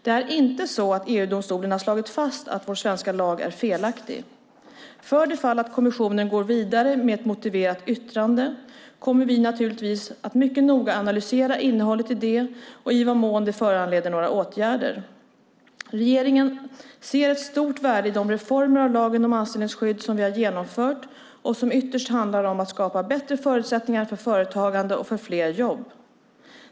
Det är inte så att EU-domstolen slagit fast att vår svenska lag är felaktig. För det fall att kommissionen går vidare med ett motiverat yttrande kommer vi naturligtvis att mycket noga analysera innehållet i det och i vad mån det föranleder några åtgärder. Regeringen ser ett stort värde i de reformer av lagen om anställningsskydd som vi har genomfört och som ytterst handlar om att skapa bättre förutsättningar för företagande och för fler jobb.